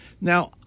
Now